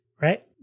Right